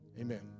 Amen